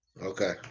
Okay